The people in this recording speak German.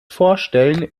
vorstellen